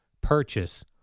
purchase